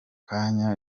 kanya